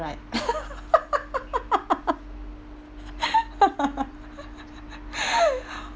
right